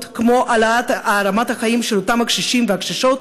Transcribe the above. כמו העלאת רמת החיים של אותם קשישים וקשישות,